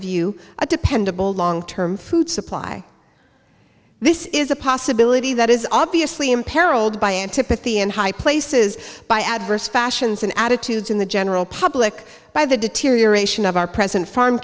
view a dependable long term food supply this is a possibility that is obviously imperiled by antipathy and high places by adverse fashions and attitudes in the general public by the deterioration of our present farm